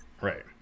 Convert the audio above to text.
Right